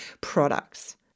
products